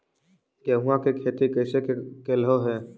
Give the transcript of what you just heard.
गेहूआ के खेती कैसे कैलहो हे?